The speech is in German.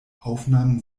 aufnahmen